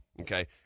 okay